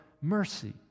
mercy